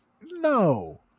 No